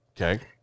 Okay